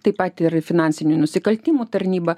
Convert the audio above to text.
taip pat ir finansinių nusikaltimų tarnyba